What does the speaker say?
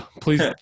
please